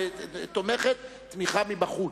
תומכת תמיכה מבחוץ,